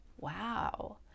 wow